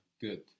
good